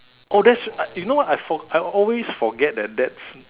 oh that's you know I for~ I always forget that that's